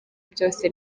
byose